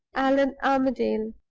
allan armadale.